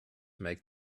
make